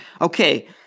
Okay